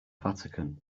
vatican